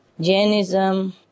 Jainism